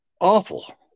awful